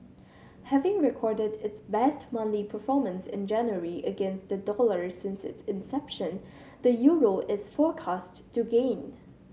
having recorded its best monthly performance in January against the dollar since its inception the Euro is forecast to gain